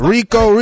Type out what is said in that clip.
Rico